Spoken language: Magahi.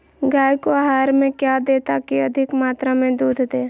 गाय को आहार में क्या दे ताकि अधिक मात्रा मे दूध दे?